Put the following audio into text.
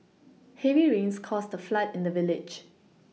heavy rains caused a flood in the village